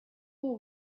all